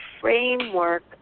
framework